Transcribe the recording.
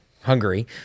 Hungary